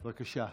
בבקשה.